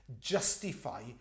justify